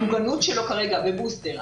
המוגנות שלו כרגע בבוסטר,